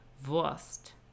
Wurst